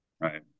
Right